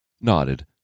nodded